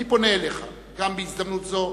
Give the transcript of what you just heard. אני פונה אליך בהזדמנות זו